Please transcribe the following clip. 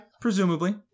presumably